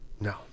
No